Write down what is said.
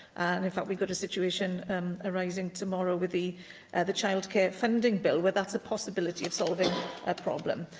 and in fact, we've got a situation um arising tomorrow with the and the childcare funding bill where that's a possibility of solving a problem.